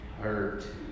hurt